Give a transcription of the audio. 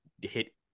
hit